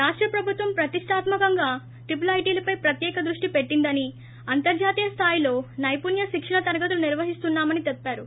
రాష్ట ప్రభుత్వం ప్రతిష్టాత్కకంగా ట్రిపుల్ ఐటీలపై ప్రత్యేక దృష్టి పెట్టిందని అంతర్జాతీయ స్థాయిలో నైపుణ్య శిక్షణ తరగతులు నిర్వహిస్తున్నామని చెప్పారు